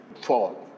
fall